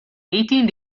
eighteen